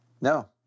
No